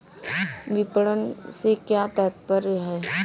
विपणन से क्या तात्पर्य है?